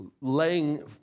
laying